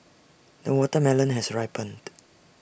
the watermelon has ripened